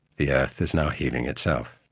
the earth is now healing itself.